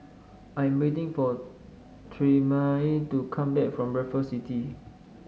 I'm waiting for Tremayne to come back from Raffles City